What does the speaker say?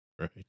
Right